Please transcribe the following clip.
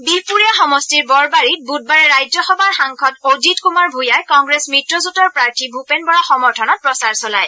বিহপুৰীয়া সমষ্টিৰ বৰবাৰীত বুধবাৰে ৰাজ্যসভাৰ সাংসদ অজিত কুমাৰ ভূঞাই কংগ্ৰেছ মিত্ৰজোটৰ প্ৰাৰ্থী ভূপেন বৰাৰ সমৰ্থনত প্ৰচাৰ চলায়